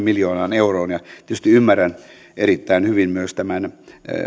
miljoonaan euroon tietysti ymmärrän erittäin hyvin myös tämän